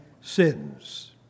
sins